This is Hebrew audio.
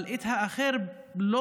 אבל את האחר, לא